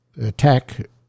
attack